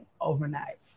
overnight